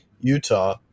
Utah